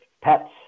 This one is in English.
pets